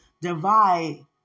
divide